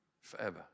forever